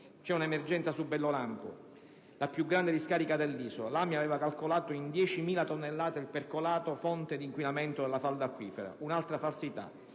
C'è un'emergenza sul sito di Bellolampo, la più grande discarica dell'isola: l'AMIA aveva calcolato in 10.000 tonnellate il percolato, fonte di inquinamento della falda acquifera; un'altra falsità.